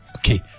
Okay